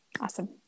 Awesome